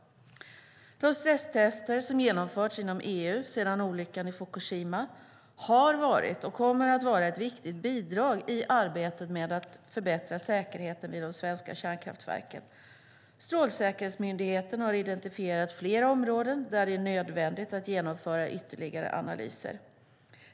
De stresstester som genomförts inom EU sedan olyckan i Fukushima har varit och kommer att vara ett viktigt bidrag i arbetet med att förbättra säkerheten vid de svenska kärnkraftverken. Strålsäkerhetsmyndigheten har identifierat flera områden där det är nödvändigt att genomföra ytterligare analyser.